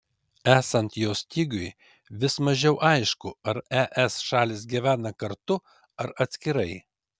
esant jo stygiui vis mažiau aišku ar es šalys gyvena kartu ar atskirai